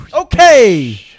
Okay